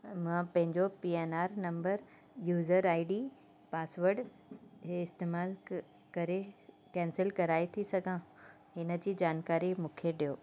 मां पंहिंजो PNR number user ID password इहे इस्तेमालु क करे केंसिल कराए थी सघां हिन जी जानकारी मूंखे ॾियो